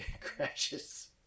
crashes